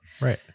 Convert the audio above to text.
Right